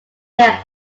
year